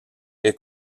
est